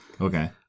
Okay